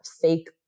fake